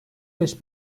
beş